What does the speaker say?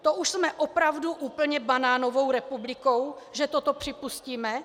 To už jsme opravdu úplně banánovou republikou, že toto připustíme?